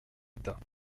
état